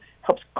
helps